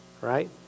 Right